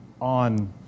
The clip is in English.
on